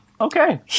Okay